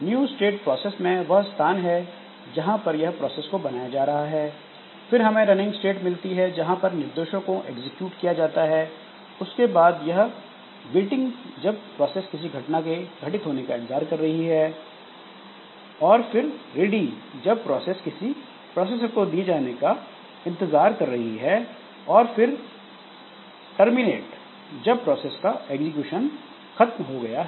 new state process में वह स्थान है जहां पर प्रोसेस को बनाया जा रहा है फिर हमें रनिंग स्टेट मिलती है जहां पर निर्देशों को एग्जीक्यूट किया जाता है उसके बाद यह वेटिंग जब प्रोसेस किसी घटना के घटित होने का इंतजार कर रही है और फिर रेडी जब प्रोसेस किसी प्रोसेसर को दिए जाने का इंतजार कर रही है और फिर टर्मिनेट जब प्रोसेस का एग्जीक्यूशन खत्म हो गया है